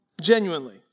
Genuinely